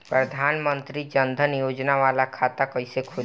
प्रधान मंत्री जन धन योजना वाला खाता कईसे खुली?